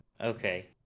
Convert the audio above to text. okay